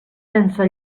sense